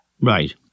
Right